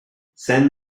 send